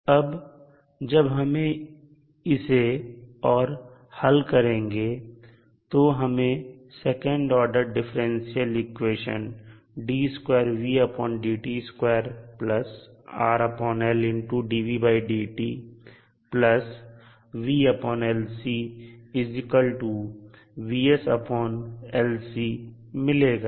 अब जब हम इसे और हल करेंगे तो हमें सेकंड ऑर्डर डिफरेंशियल इक्वेशन मिलेगा